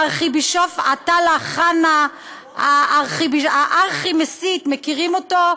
הארכיבישוף עטאללה חנא, הארכי-מסית, מכירים אותו?